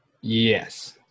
Yes